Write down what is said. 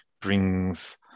brings